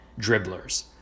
dribblers